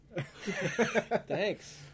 Thanks